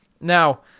now